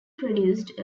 produced